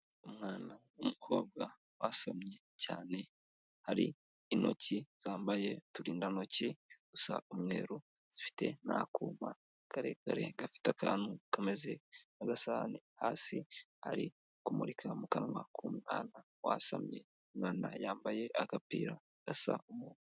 Umwana w'umukobwa wasamye cyane hari intoki zambaye uturindantoki dusa umweru zifite n'akuma karekarenga gafite akantu kameze nk'agasahani hasi ari kumurika mu kanwa k'umwana wasamye, umwana yambaye agapira gasa.